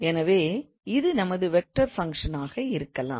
எனவே இது நமது வெக்டார் பங்க்ஷன் ஆக இருக்கலாம்